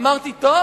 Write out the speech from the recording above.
אמרתי: טוב,